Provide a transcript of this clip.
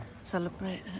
celebrate